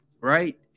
right